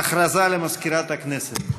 הודעה למזכירת הכנסת.